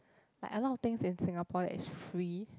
like a lot of things in Singapore that is free